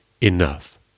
enough